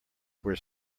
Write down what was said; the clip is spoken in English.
were